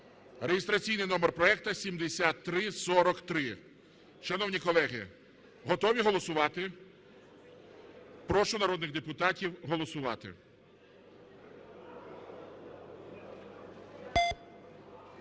(реєстраційний номер проекту 7343). Шановні колеги, готові голосувати? Прошу народних депутатів голосувати.